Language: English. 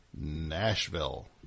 Nashville